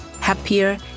happier